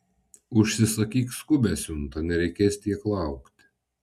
užsisakyk skubią siuntą nereikės tiek laukti